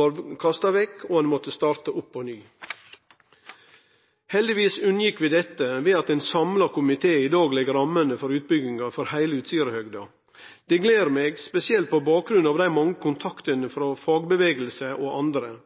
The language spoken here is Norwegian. var kasta vekk, og at ein måtte starte opp på ny. Heldigvis unngjekk vi dette ved at ein samla komité i dag legg rammene for utbygginga av heile Utsirahøgda. Det gler meg, spesielt på bakgrunn av dei mange kontaktane frå fagrørsle og andre